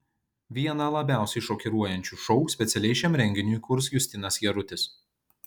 vieną labiausiai šokiruojančių šou specialiai šiam renginiui kurs justinas jarutis